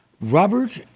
Robert